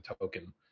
token